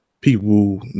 people